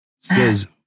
says